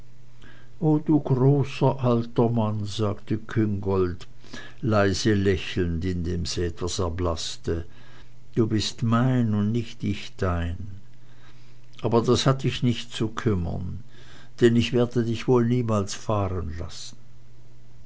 o du großer und alter mann sagte küngolt leise lächelnd indem sie etwas erblaßte du bist mein und nicht ich dein aber das hat dich nicht zu kümmern denn ich werde dich wohl niemals